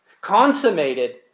consummated